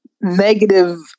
negative